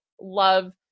love